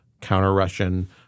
counter-Russian